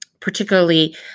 particularly